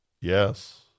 Yes